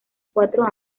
cuatro